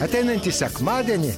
ateinantį sekmadienį